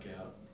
out